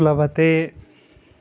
प्लवते